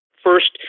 First